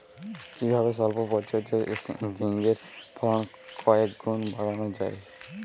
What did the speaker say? কিভাবে সল্প পরিচর্যায় ঝিঙ্গের ফলন কয়েক গুণ বাড়ানো যায়?